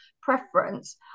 preference